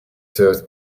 served